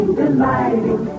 delighting